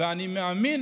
ואני מאמין